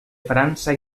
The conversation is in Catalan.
frança